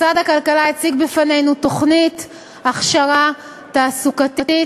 משרד הכלכלה הציג בפנינו תוכנית הכשרה תעסוקתית